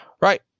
Right